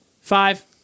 five